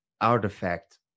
artifact